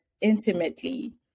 intimately